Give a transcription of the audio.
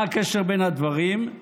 מה הקשר בין הדברים?